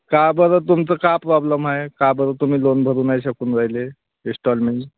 का बरं तुमचं का आहे का बरं तुम्ही लोन भरू नाही शकून राहिले इस्टॉलमेंट